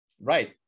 Right